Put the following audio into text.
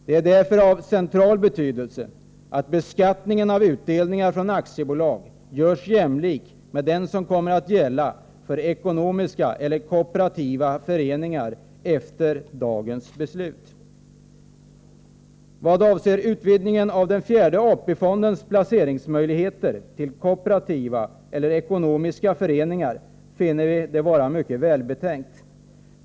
Det är därför av central betydelse att beskattningen av utdelningar från aktiebolag görs jämlik med den som kommer att gälla för ekonomiska eller kooperativa föreningar efter dagens beslut. Utvidgningen av fjärde AP-fondens placeringsmöjligheter till kooperativa och ekonomiska föreningar finner vi vara mycket välbetänkt.